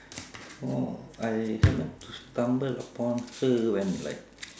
oh I like to stumble upon her when like